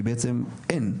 כי בעצם אין.